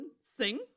sing